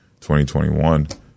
2021